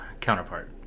counterpart